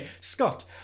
Scott